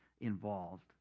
involved